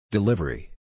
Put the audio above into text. Delivery